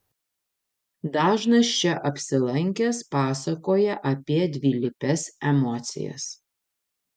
dažnas čia apsilankęs pasakoja apie dvilypes emocijas